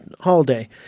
holiday